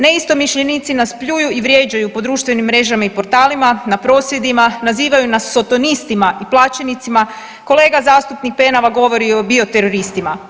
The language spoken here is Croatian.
Neistomišljenici nas pljuju i vrijeđaju po društvenim mrežama i portalima, na prosvjedima, nazivaju nas sotonistima i plaćenicima, kolega, zastupnik Penava govori o bioteroristima.